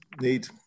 need